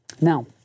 Now